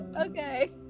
okay